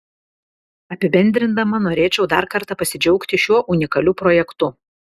apibendrindama norėčiau dar kartą pasidžiaugti šiuo unikaliu projektu